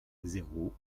zéro